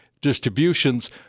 distributions